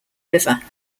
river